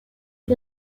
est